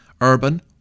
urban